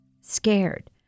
Scared